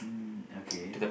mm okay